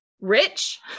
rich